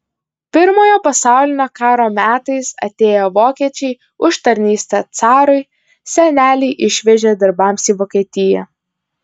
pirmojo pasaulinio karo metais atėję vokiečiai už tarnystę carui senelį išvežė darbams į vokietiją